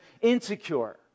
insecure